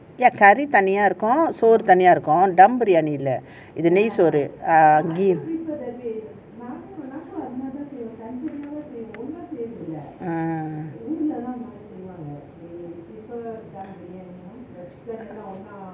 ya curry தனியா இருக்கும் சோறு தனியா இருக்கும் தம் பிரியாணி இல்ல:thaniyaa irukkum soaru thaniyaa irukkum tham biriyaani illa err இது நெய்சோறு:ithu nei soaru ah